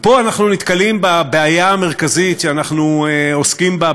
ופה אנחנו נתקלים בבעיה המרכזית שאנחנו עוסקים בה,